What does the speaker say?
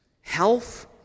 Health